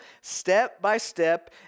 step-by-step